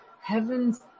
heaven's